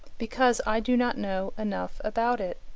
because i do not know enough about it.